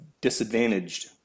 disadvantaged